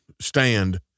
stand